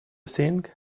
sing